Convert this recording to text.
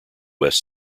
west